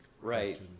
Right